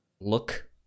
look